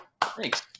Thanks